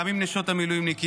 גם עם נשות המילואימניקים,